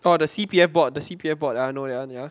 oh the C_P_F board the C_P_F board ya I know already